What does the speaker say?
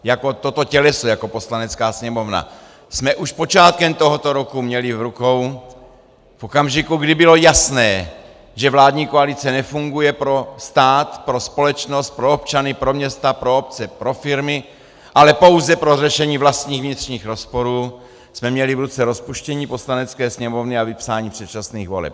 Jako toto těleso, jako Poslanecká sněmovna jsme už počátkem tohoto roku měli v rukou v okamžiku, kdy bylo jasné, že vládní koalice nefunguje pro stát, pro společnost, pro občany, pro města, pro obce, pro firmy, ale pouze pro řešení vlastních vnitřních rozporů, jsme měli v ruce rozpuštění Poslanecké sněmovny a vypsání předčasných voleb.